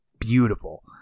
beautiful